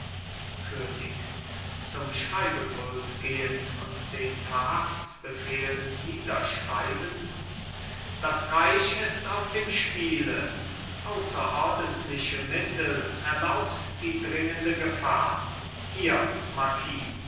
könig zum schreibpult gehend und den verhaftsbefehl niederschreibend das reich ist auf dem spiele außerordentliche mittel erlaubt die dringende gefahr hier